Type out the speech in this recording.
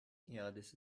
iadesi